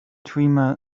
dreamer